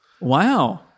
Wow